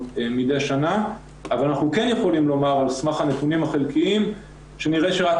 מידי שנה אבל אנחנו כן יכולים לומר על סמך הנתונים החלקיים שנראה שרק